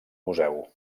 museu